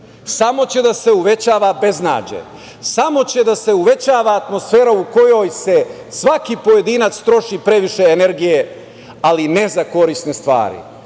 samo će da se uvećava beznađe, samo će da se uvećava atmosfera u kojoj svaki pojedinac troši previše energije, ali ne za korisne stvari. Dakle,